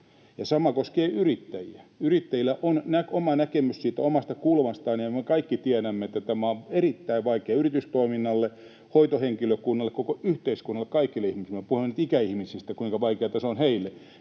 sama koskee yrittäjiä. Yrittäjillä on oma näkemys siitä omasta kulmastaan, ja me kaikki tiedämme, että tämä on erittäin vaikeaa yritystoiminnalle, hoitohenkilökunnalle, koko yhteiskunnalle, kaikille ihmisille. Olemme puhuneet ikäihmisistä, kuinka vaikeata se on heille,